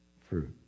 fruit